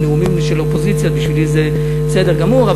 נאומים של אופוזיציה בשבילי זה בסדר גמור.